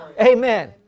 Amen